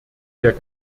der